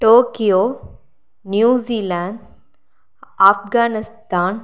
Tokyo New Zealand Afghanistan